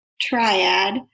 triad